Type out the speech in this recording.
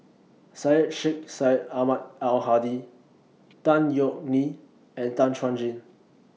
Syed Sheikh Syed Ahmad Al Hadi Tan Yeok Nee and Tan Chuan Jin